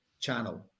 channel